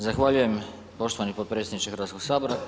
Zahvaljujem poštovani potpredsjedniče Hrvatsko sabora.